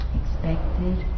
expected